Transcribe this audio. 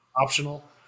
Optional